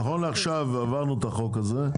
דנו בזה, ונכון לעכשיו העברנו את החוק הזה.